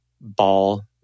ball